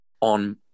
on